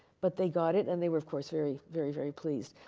but they got it. and they were, of course, very, very, very pleased.